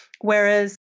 Whereas